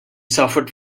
suffered